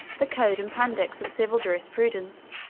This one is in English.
the code and pandects of civil jurisprudence,